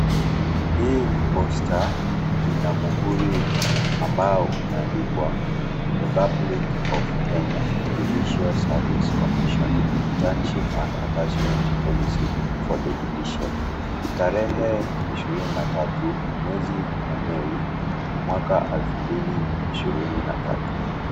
Hii ni posta ina muhuri ambao umeandikwa Republic of Kenya Judicial Service Commission Internship and Attachment Policy for the Judiciary. Tarehe ishirini na tatu, mwezi kwa (CS)mei(CS), mwaka elfu mbili ishirini na tatu.